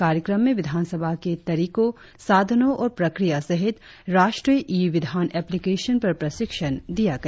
कार्यक्रम में विधानसभा के तरीको साधनों और प्रक्रिया सहित राष्ट्रीय ई विधान एप्लिकेशन पर प्रशिक्षण दिया गया